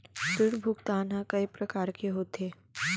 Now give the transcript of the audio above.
ऋण भुगतान ह कय प्रकार के होथे?